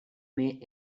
may